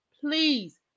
please